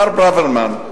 מר ברוורמן,